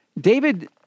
David